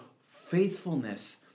faithfulness